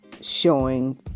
showing